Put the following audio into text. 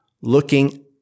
looking